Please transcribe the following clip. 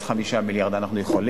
אז 5 מיליארד אנחנו יכולים?